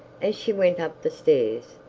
as she went up the stairs,